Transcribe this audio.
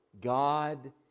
God